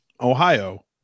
Ohio